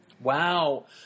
Wow